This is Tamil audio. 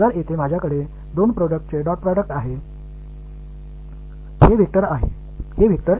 எனவே இங்கே இரண்டு விஷயங்களின் டாட் ப்ரோடெக்ட் போன்றது என்னிடம் உள்ளது இது ஒரு வெக்டர் இது ஒரு வெக்டர்